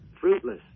fruitless